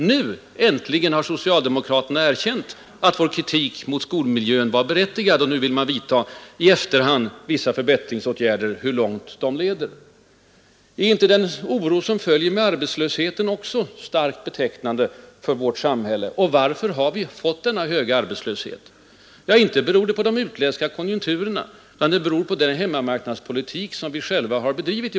Nu har äntligen socialdemokraterna erkänt att vår kritik även mot skolmiljön varit berättigad. Och nu, i efterhand, vill man vidta förbättringsåtgärder även här. Är inte den oro som följer med arbetslösheten också betecknande för dagens samhälle? Och varför har vi fått den höga arbetslösheten? Inte beror det på de utländska konjunkturerna utan på den hemmamarknadspolitik som ni har bedrivit.